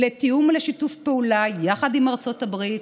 תיאום ושיתוף פעולה יחד עם ארצות הברית,